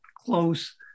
close